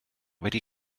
wedi